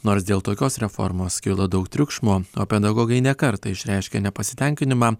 nors dėl tokios reformos kilo daug triukšmo o pedagogai ne kartą išreiškė nepasitenkinimą